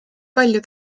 palju